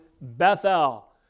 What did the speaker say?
Bethel